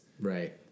right